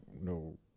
no